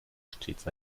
stets